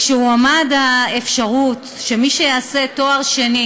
הועמדה האפשרות שמי שיעשה תואר שני